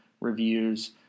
reviews